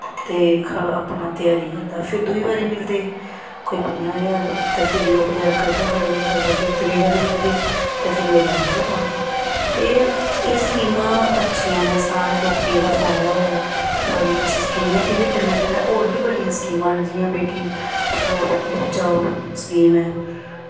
ते ओह् अपनी त्यारी करदा फिर दूई बारी मिलदे पंजाह् ज्हार फिर ओह् कंधां खड़ियां करदा त्रीह् बारी मिलदे ते फिर ओह् लैंटर पांदा ते एह् स्कीमां अच्छियां न ते सारें लोकें गी एह्दा फायदा होया एह् बड़ी अच्छी स्कीम ऐ एह्दे कन्नै कन्नै होर बी बड़ियां स्कीमां न जि'यां बेटी बचाओ बेटी पढ़ाओ स्कीम ऐ